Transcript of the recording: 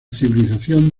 civilización